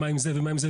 מה עם זה ומה עם זה,